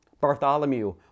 Bartholomew